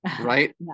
right